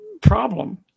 problem